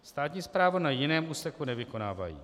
Státní správu na jiném úseku nevykonávají.